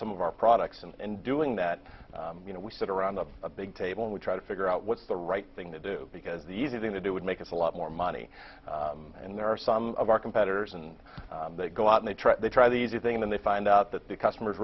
some of our products and doing that you know we sit around of a big table and we try to figure out what's the right thing to do because the easy thing to do would make us a lot more money and there are some of our competitors and they go out and they try they try these things and they find out that the customers